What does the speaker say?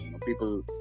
people